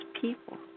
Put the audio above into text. people